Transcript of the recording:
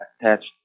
attached